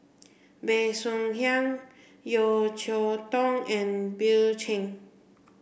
Bey Soo Khiang Yeo Cheow Tong and Bill Chen